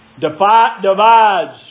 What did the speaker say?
Divides